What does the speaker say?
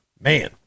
Man